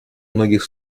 многих